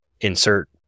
insert